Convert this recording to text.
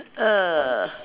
ah